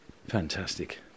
Fantastic